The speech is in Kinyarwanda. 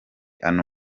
ano